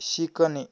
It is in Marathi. शिकणे